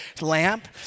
lamp